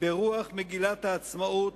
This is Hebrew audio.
ברוח מגילת העצמאות,